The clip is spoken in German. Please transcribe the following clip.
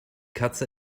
katze